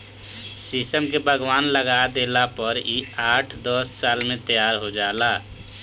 शीशम के बगवान लगा देला पर इ आठ दस साल में तैयार हो जाला